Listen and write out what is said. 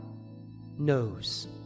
knows